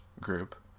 group